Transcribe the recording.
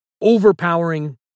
overpowering